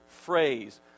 phrase